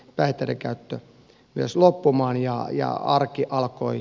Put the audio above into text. pääteiden käyttö myös loppumaan ja ja arki alkoi